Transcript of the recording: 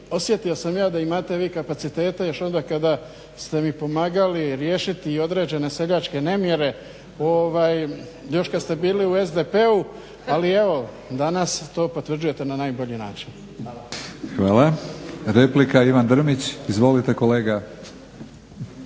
osjetio sam ja da imate vi kapaciteta još onda kada ste mi pomagali riješiti određene seljačke nemire još kada ste bili u SDP-u ali evo danas to potvrđujete na najbolji način. **Batinić, Milorad (HNS)** Hvala. Replika Ivan Drmić. Izvolite kolega.